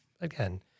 again